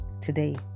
Today